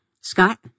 Scott